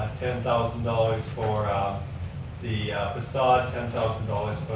ten thousand dollars for the facade, ten thousand dollars